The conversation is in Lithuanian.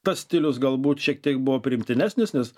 tas stilius galbūt šiek tiek buvo priimtinesnis nes